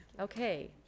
Okay